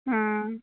हाँ